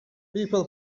people